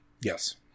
yes